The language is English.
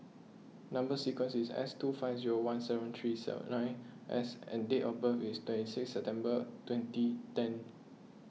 Number Sequence is S two five zero one seven three seven nine S and date of birth is twenty six September twenty ten